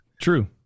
true